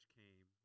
came